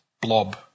blob